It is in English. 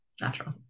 natural